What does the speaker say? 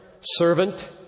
servant